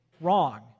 wrong